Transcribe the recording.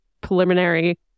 preliminary